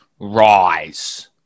Rise